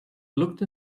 looked